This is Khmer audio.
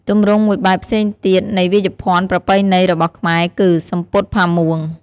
ទម្រង់មួយបែបផ្សេងទៀតនៃវាយភ័ណ្ឌប្រពៃណីរបស់ខ្មែរគឺ សំពត់ផាមួង។